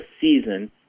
season